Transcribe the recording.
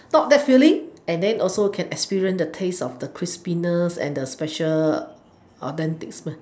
not that filling and then also can experience the taste of the crispiness and then the special authentic